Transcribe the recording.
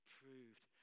proved